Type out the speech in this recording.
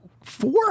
four